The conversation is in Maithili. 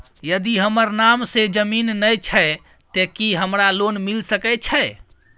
यदि हमर नाम से ज़मीन नय छै ते की हमरा लोन मिल सके छै?